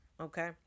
okay